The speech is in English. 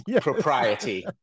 propriety